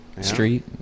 Street